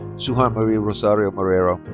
suhan mary rosario marrero.